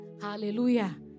Hallelujah